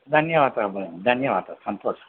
धन्यवादः भगिनी धन्यवादः सन्तोषः